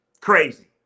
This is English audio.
Crazy